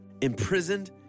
Imprisoned